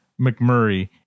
McMurray